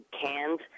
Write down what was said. cans